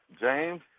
James